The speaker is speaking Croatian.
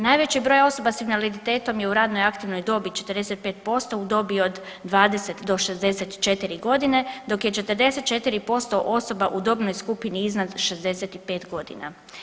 Najveći broj osoba s invaliditetom je u radnoj i aktivnoj dobi 45% u dobi od 20 do 64.g., dok je 44% osoba u dobnoj skupini iznad 65.g.